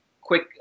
quick